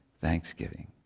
thanksgiving